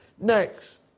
next